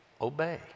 obey